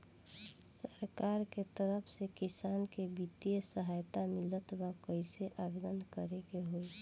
सरकार के तरफ से किसान के बितिय सहायता मिलत बा कइसे आवेदन करे के होई?